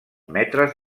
metres